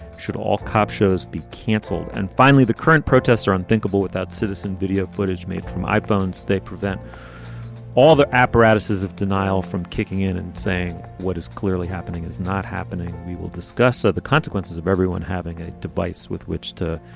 should all cop shows be canceled? and finally, the current protests are unthinkable without citizen video footage made from iphones. they prevent all the apparatuses of denial from kicking in and saying what is clearly happening is not happening. we will discuss ah the consequences of everyone having a device with which to